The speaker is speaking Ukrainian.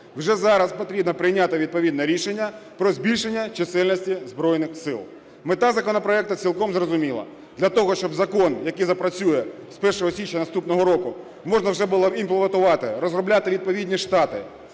вже зараз потрібно прийняти відповідне рішення про збільшення чисельності Збройних Сил. Мета законопроекту цілком зрозуміла: для того, щоб закон, який запрацює з 1 січня наступного року, можна вже імплементувати, розробляти відповідні штати,